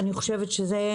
אני חושבת שזה